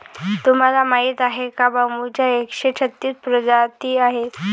तुम्हाला माहीत आहे का बांबूच्या एकशे छत्तीस प्रजाती आहेत